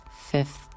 fifth